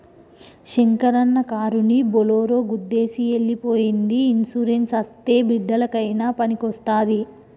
శంకరన్న కారుని బోలోరో గుద్దేసి ఎల్లి పోయ్యింది ఇన్సూరెన్స్ అస్తే బిడ్డలకయినా పనికొస్తాది